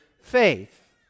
faith